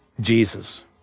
Jesus